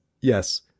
Yes